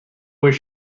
was